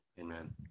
Amen